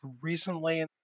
recently